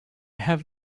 have